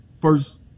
first